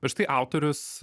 bet štai autorius